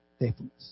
faithfulness